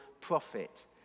Prophet